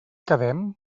quedem